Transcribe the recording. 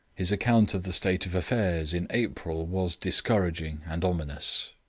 his account of the state of affairs in april was discouraging and ominous.